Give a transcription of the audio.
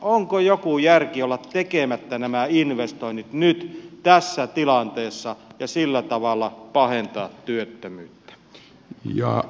onko joku järki olla tekemättä nämä investoinnit nyt tässä tilanteessa ja sillä tavalla pahentaa työttömyyttä